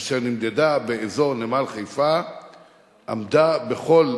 אשר נמדדה באזור נמל חיפה עמדה בכל